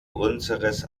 unseres